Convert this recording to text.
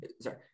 sorry